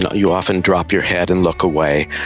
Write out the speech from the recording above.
ah you often drop your head and look away.